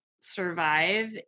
survive